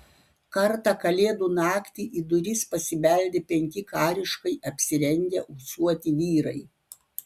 kartą kalėdų naktį į duris pasibeldė penki kariškai apsirengę ūsuoti vyrai